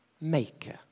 maker